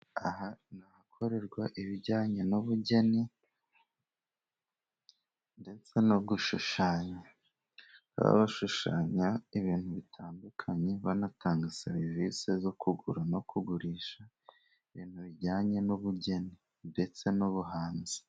Aha ni ahakorerwa ibijyanye n'ubugeni, ndetse no gushushanya. Bashushanya ibintu bitandukanye, banatanga serivisi zo kugura no kugurisha ibintu bijyanye n'ubugeni, ndetse n'ubuhanzi.